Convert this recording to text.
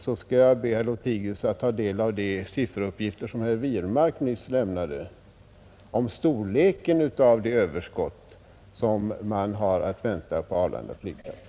Jag skall be herr Lothigius ta del av de sifferuppgifter som herr Wirmark nyss lämnade om storleken av det överskott som man har att vänta på Arlanda flygplats.